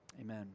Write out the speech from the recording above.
Amen